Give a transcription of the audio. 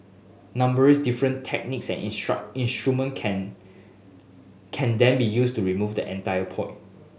numerous different techniques and instruments can can then be used to remove the entire polyp